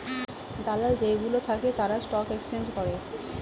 দালাল যেই গুলো থাকে তারা স্টক এক্সচেঞ্জ করে